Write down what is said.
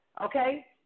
okay